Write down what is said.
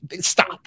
Stop